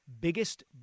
biggest